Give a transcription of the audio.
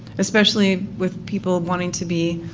especially with people wanting to be